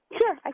Sure